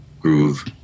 groove